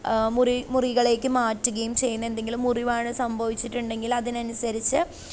മുറി മുറികളേക്ക് മാറ്റുകയും ചെയുന്ന എന്തെങ്കിലും മുറിവാണ് സംഭവിച്ചിട്ടുണ്ടെങ്കിൽ അതിനനുസരിച്ച്